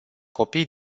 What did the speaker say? copii